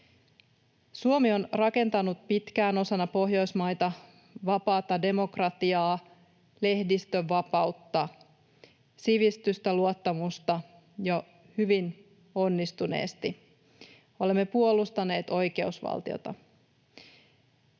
Suomi on rakentanut pitkään osana Pohjoismaita vapaata demokratiaa, lehdistönvapautta, sivistystä ja luottamusta hyvin onnistuneesti. Olemme puolustaneet oikeusvaltiota.